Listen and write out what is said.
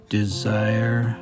desire